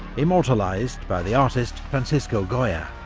immortalised by the artist francisco goya.